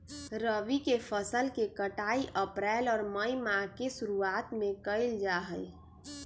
रबी के फसल के कटाई अप्रैल और मई माह के शुरुआत में कइल जा हई